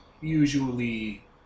usually